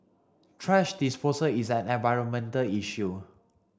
thrash disposal is an environmental issue